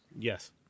Yes